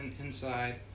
inside